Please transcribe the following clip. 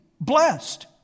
blessed